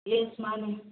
yes ꯃꯥꯅꯤ